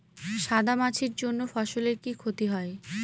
সাদা মাছির জন্য ফসলের কি ক্ষতি হয়?